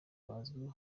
bazwi